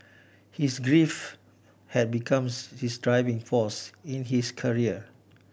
his grief had becomes his driving force in his career